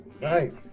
Nice